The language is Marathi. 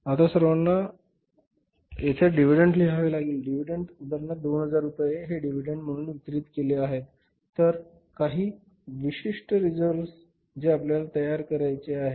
आता आपण सर्वांना येथे डिव्हिडंड लिहावे लागेल डिव्हिडंड उदाहरणार्थ 2000 रुपये हे डिव्हिडंड म्हणून वितरित केले गेले आहेत तर काही विशिष्ट रिझर्व्ह जे आपल्याला तयार करायचे आहेत